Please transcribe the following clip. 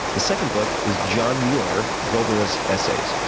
the second book is john muir, wilderness essays.